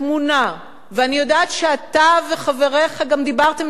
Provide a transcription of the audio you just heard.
ואני יודעת שאתה וחבריך גם דיברתם נגד זה בכנסת,